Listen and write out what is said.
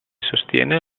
sostiene